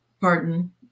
pardon